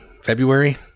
February